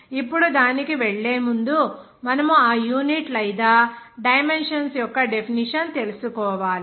ఇప్పుడు దానికి వెళ్ళే ముందు మనము ఆ యూనిట్ లేదా డైమెన్షన్స్ యొక్క డెఫినిషన్ తెలుసుకోవాలి